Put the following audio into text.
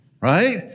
Right